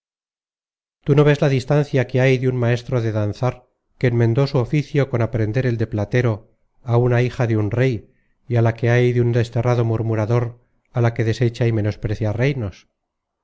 tú no ves la distancia que hay de un maestro de danzar que enmendó su oficio con aprender el de platero á una hija de un rey y la que hay de un desterrado murmurador a la que desecha y menosprecia reinos